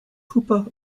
pupa